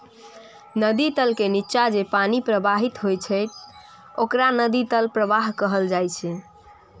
नदी तल के निच्चा जे पानि प्रवाहित होइत छैक ओकरा नदी तल प्रवाह कहल जाइ छै